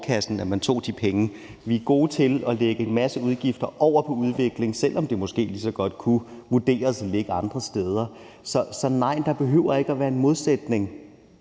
at man tog de penge? Vi er gode til at lægge en masse udgifter over på udviklingsbistanden, selv om det måske lige så godt kunne vurderes til at ligge andre steder. Så nej, der behøver ikke at være en modsætning,